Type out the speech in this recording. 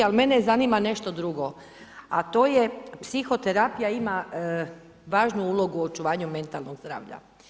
Ali mene zanima nešto drugo, a to je psihoterapija ima važnu ulogu u očuvanju mentalnog zdravlja.